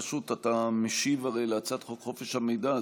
הרי אתה משיב על הצעת חוק חופש המידע,